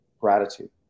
gratitude